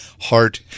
Heart